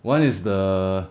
one is the